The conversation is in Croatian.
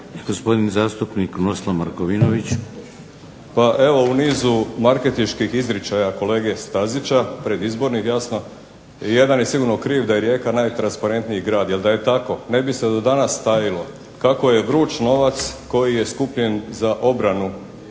Krunoslav (HDZ)** Pa evo u nizu marketinških izričaja kolege Stazića predizbornih jasno, jedan je sigurno kriv da je Rijeka najtransparentniji grad, jer da je tako ne bi se do danas tajilo kako je vruć novac koji je skupljen za obranu